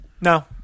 No